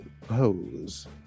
pose